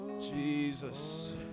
Jesus